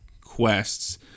quests